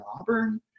Auburn